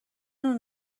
اون